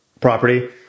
property